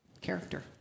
Character